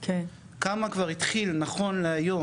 כמה כבר התחיל נכון להיום,